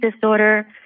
disorder